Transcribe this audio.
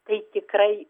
tai tikrai